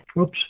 Oops